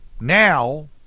now